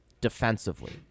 defensively